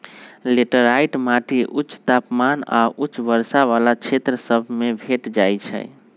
laterite माटि उच्च तापमान आऽ उच्च वर्षा वला क्षेत्र सभ में भेंट जाइ छै